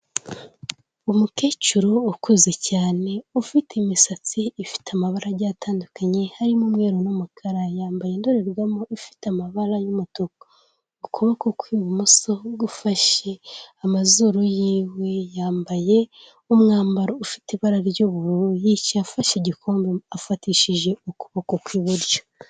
Umukecuru ukuze cyane ufite imisatsi ifite amabara agiye atandukanye, harimo umweru n'umukara, yambaye indorerwamo ifite amabara y'umutuku, ukuboko kw'ibumoso gufashe amazuru yiwe, yambaye umwambaro ufite ibara ry'ubururu yicaye afashe igikombe afatishije ukuboko kw'iburyo.